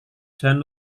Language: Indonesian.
jalan